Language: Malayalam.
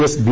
S B